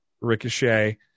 Ricochet